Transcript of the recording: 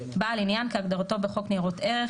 "בעל עניין" כהגדרתו בחוק ניירות ערך,